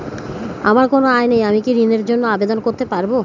আমার কোনো আয় নেই আমি কি ঋণের জন্য আবেদন করতে পারব?